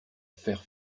faire